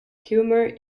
humour